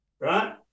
right